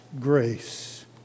grace